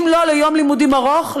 אם לא ליום לימודים ארוך,